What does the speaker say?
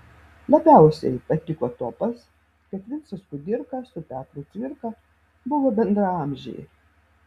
labiausiai patiko topas kad vincas kudirka su petru cvirka buvo bendraamžiai